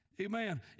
Amen